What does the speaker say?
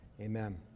Amen